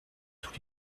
tous